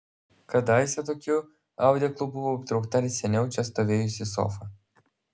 kadaise tokiu audeklu buvo aptraukta ir seniau čia stovėjusi sofa